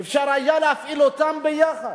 ואפשר היה להפעיל אותן ביחד.